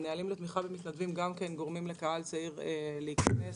הנהלים הללו גם כן גורמים לקהל צעיר להיכנס,